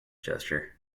gesture